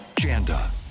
Janda